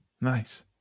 Nice